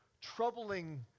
troubling